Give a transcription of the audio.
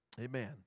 Amen